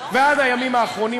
ועד הימים האחרונים,